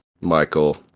Michael